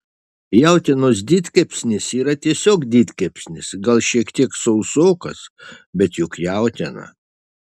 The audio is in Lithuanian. jautienos didkepsnis yra tiesiog didkepsnis gal šiek tiek sausokas bet juk jautiena